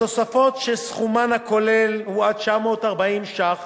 התוספות שסכומן הכולל הוא עד 940 ש"ח